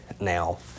Now